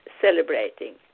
celebrating